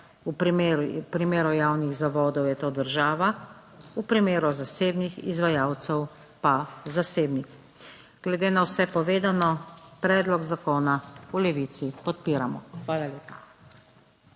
V primeru javnih zavodov je to država, v primeru zasebnih izvajalcev pa zasebnih. Glede na vse povedano, predlog zakona v Levici podpiramo. Hvala lepa.